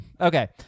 Okay